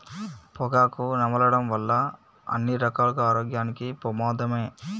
పొగాకు నమలడం వల్ల అన్ని రకాలుగా ఆరోగ్యానికి పెమాదమే